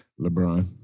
LeBron